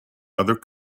other